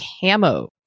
camo